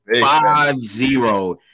Five-zero